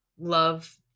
love